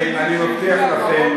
אני מבטיח לכם